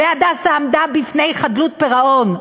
ו"הדסה" עמד בפני חדלות פירעון.